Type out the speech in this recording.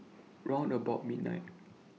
round about midnight